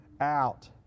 out